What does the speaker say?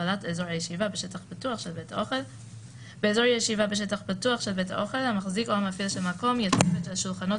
החדש (הוראת שעה) (הגבלת פעילות של מקום ציבורי או עסקי והוראות נוספות),